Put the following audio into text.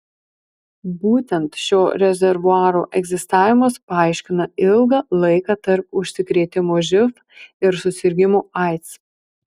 būtent šio rezervuaro egzistavimas paaiškina ilgą laiką tarp užsikrėtimo živ ir susirgimo aids